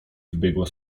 wybiegła